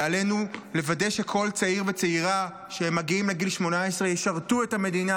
ועלינו לוודא שכל צעיר וצעירה שמגיעים לגיל 18 ישרתו את המדינה,